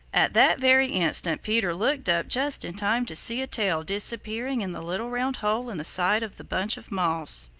at that very instant peter looked up just in time to see a tail disappearing in the little round hole in the side of the bunch of moss.